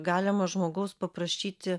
galima žmogaus paprašyti